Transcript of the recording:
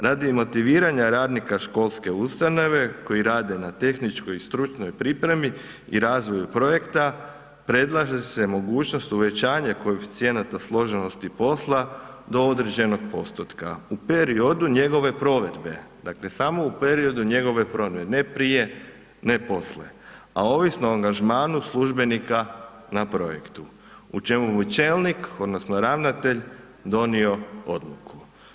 Radi motiviranja radnika školske ustanove koji rade na tehničkoj i stručnoj pripremi i razvoju projekta predlaže se mogućnost uvećavanja koeficijenata složenosti posla do određenog postotka u periodu njegove provedbe, dakle samo u periodu njegove provedbe, ne prije, ne poslije, a ovisno i angažmanu službenika na projektu u čemu bi čelnik odnosno ravnatelj donio odluku.